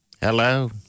Hello